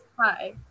hi